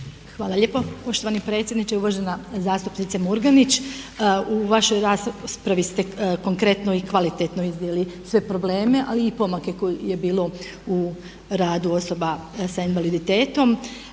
Hvala lijepo poštovani predsjedniče. Uvažena zastupnica Murganić, u vašoj raspravi ste konkretno i kvalitetno iznijeli sve probleme ali i pomake koji ih je bilo u radu osoba s invaliditetom.